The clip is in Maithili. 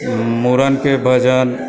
मुड़नके भजन